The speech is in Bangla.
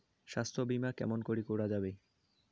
স্বাস্থ্য বিমা কেমন করি করা যাবে?